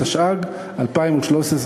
התשע"ג 2013,